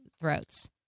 throats